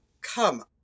come